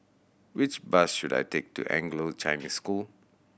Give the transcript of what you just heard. which bus should I take to Anglo Chinese School